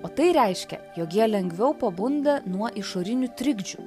o tai reiškia jog jie lengviau pabunda nuo išorinių trikdžių